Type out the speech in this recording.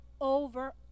over